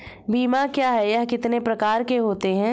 बीमा क्या है यह कितने प्रकार के होते हैं?